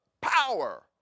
power